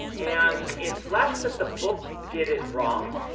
and it's less that the book did it wrong.